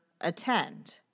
attend